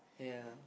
ya